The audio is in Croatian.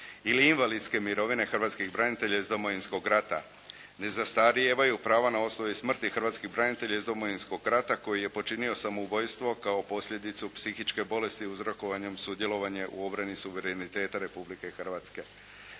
ili invalidske mirovine hrvatskih branitelja iz Domovinskog rata. Ne zastarijevaju prava na osnovi smrti hrvatskih branitelja iz Domovinskog rata koji je počinio samoubojstvo kao posljedicu psihičke bolesti uzrokovanjem sudjelovanja u obrani suvereniteta Republike Hrvatske.